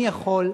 אני יכול.